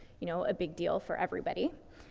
you know, a big deal for everybody.